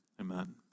Amen